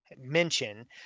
mention